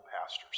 pastors